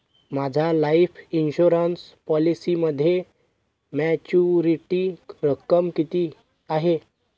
माझ्या life insurance पॉलिसीमध्ये maturity रक्कम किती आहे?